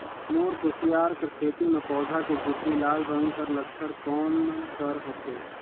मोर कुसियार कर खेती म पौधा के भीतरी लाल रंग कर लक्षण कौन कर होथे?